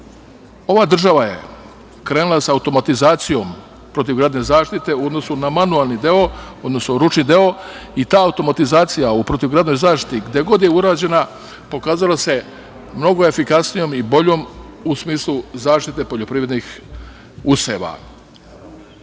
Ova država je krenula sa automatizacijom protivgradne zaštite u odnosu na manuelni deo, odnosno ručni deo i ta automatizacija u protivgradnoj zaštiti gde god je urađena pokazala se mnogo efikasnijom i boljom u smislu zaštite poljoprivrednih useva.